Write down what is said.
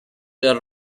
del